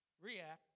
react